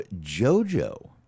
JoJo